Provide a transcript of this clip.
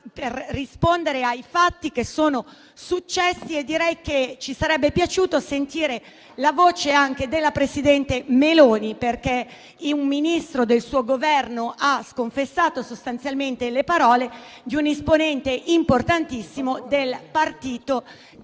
per rispondere ai fatti che sono successi e direi che ci sarebbe piaciuto sentire la voce anche della presidente Meloni, perché un Ministro del suo Governo ha sconfessato sostanzialmente le parole di un esponente importantissimo del partito